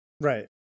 Right